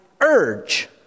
urge